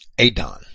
Adon